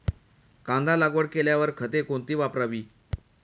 कांदा लागवड केल्यावर खते कोणती वापरावी?